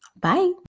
bye